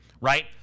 right